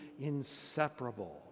inseparable